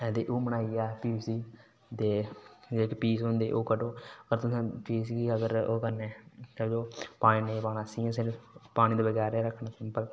ते ओह् बनाइयै ते उसी ते जेह्के पीस होंदे ओह् कड्ढो ते तुसें पीस गी अगर ओह् करने पानी नेईं पाना इसी तुसें पानी दे बगैर एह् रक्खना